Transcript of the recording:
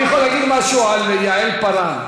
אני יכול להגיד משהו על יעל פארן.